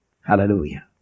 Hallelujah